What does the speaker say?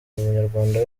munyarwanda